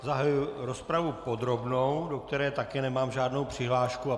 Zahajuji rozpravu podrobnou, do které také nemám žádnou přihlášku.